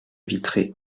vitrée